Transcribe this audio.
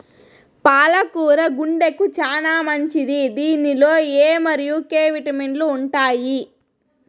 పాల కూర గుండెకు చానా మంచిది దీనిలో ఎ మరియు కే విటమిన్లు ఉంటాయి